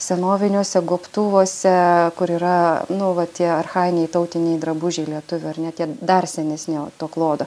senoviniuose gobtuvuose kur yra nu va tie archajiniai tautiniai drabužiai lietuvių ar ne tie dar senesnio to klodo